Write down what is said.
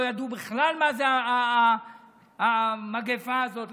לא ידעו בכלל מה זו המגפה הזאת.